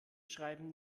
schreiben